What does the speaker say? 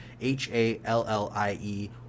H-A-L-L-I-E